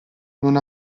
non